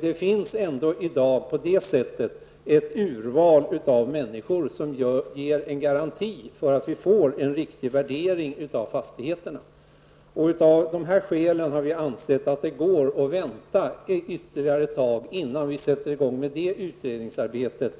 Det finns alltså i dag ett urval av människor som ger en garanti för att vi får en riktig värdering av fastigheterna. Av dessa skäl har vi ansett att det går att vänta ytterligare ett tag innan vi sätter i gång med det utredningsarbetet.